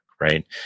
right